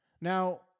Now